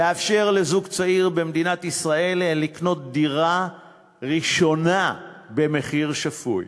לאפשר לזוג צעיר במדינת ישראל לקנות דירה ראשונה במחיר שפוי.